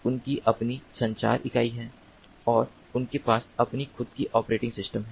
उनकी अपनी संचार इकाई है और उनके पास अपनी खुद की ऑपरेटिंग सिस्टम है